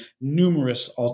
numerous